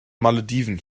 malediven